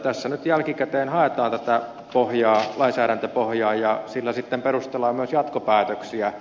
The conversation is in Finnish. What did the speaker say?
tässä nyt jälkikäteen haetaan tätä lainsäädäntöpohjaa ja sillä sitten perustellaan myös jatkopäätöksiä